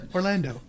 Orlando